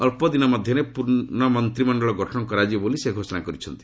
ଅଳ୍ପଦିନ ମଧ୍ୟରେ ପୂର୍ଣ୍ଣ ମନ୍ତ୍ରିମଞ୍ଚଳ ଗଠନ କରାଯିବ ବୋଲି ସେ ଘୋଷଣା କରିଥିଲେ